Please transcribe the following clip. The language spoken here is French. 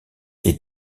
est